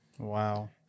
Wow